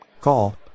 Call